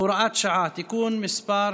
(הוראת שעה) (תיקון מס'